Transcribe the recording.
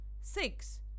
Six